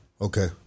Okay